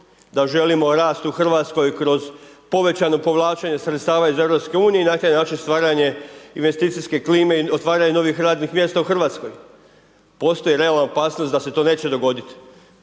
da želimo rast u RH kroz povećana povlačenja sredstava iz EU-a i na taj način stvaranje investicijske klime i otvaranje novih radnih mjesta u Hrvatskoj. Postoji realna opasnost da se to neće dogoditi.